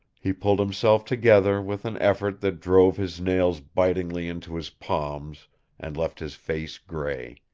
he pulled himself together with an effort that drove his nails bitingly into his palms and left his face gray.